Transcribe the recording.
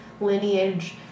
Lineage